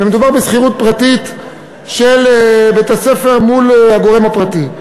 ומדובר בשכירות פרטית של בית-הספר מול הגורם הפרטי.